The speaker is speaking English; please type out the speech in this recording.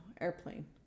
Airplane